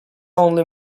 only